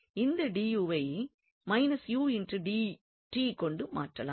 இந்த வை கொண்டு மாற்றலாம்